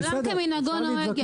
עולם כמנהגו נוהג.